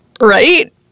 Right